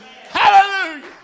Hallelujah